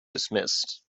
dismissed